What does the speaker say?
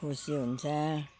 खुसी हुन्छ